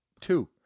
two